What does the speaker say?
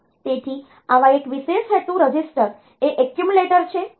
તેથી આવા એક વિશેષ હેતુ રજીસ્ટર એ એક્યુમ્યુલેટર છે